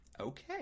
Okay